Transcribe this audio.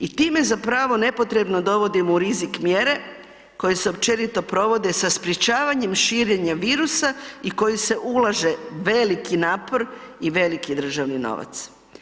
I time zapravo nepotrebno dovodimo u rizik mjere koje se općenito provode sa sprečavanjem širenja virusa i u koji se ulaže veliki napor i veliki državni novac.